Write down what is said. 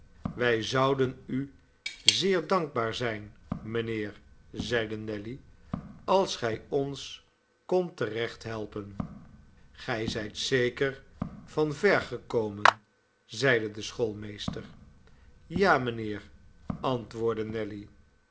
wij zouden u zeer dankbaar zijn mijnheer zeide nelly als gij ons kondt te recht helpen gij zijt zeker ver gekomen zeide de schoolmeester ja mijnheer antwoordde nelly